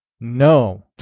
No